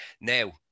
Now